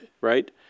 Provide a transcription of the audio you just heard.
right